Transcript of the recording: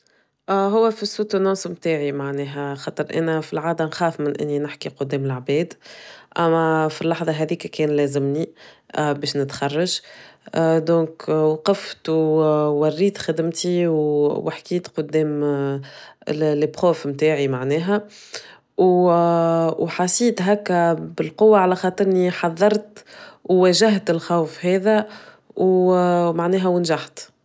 هو في السوتوناننس متاعي معناها خطر أنا في العادة نخاف من إني نحكي قدام العباد أما في اللحظة هاذيك كان لازمني بيش نتخرج دونك وقفت ووريت خدمتي وحكيت قدام البخوف متاعي معناها وحسيت هكا بالقوة على خاطرني حذرت وواجهت الخوف هذا ومعناها ونجحت.